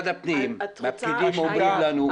גם במשרד הפנים הפקידים אומרים לנו,